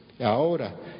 Ahora